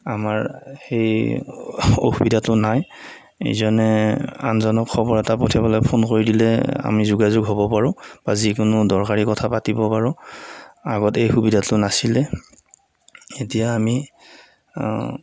আমাৰ সেই অসুবিধাটো নাই ইজনে আনজনক খবৰ এটা পঠিয়াবলৈ ফোন কৰি দিলে আমি যোগাযোগ হ'ব পাৰো বা যিকোনো দৰকাৰী কথা পাতিব পাৰোঁ আগতে এই সুবিধাটো নাছিলে এতিয়া আমি